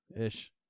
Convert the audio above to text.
Ish